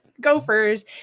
gophers